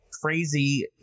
Crazy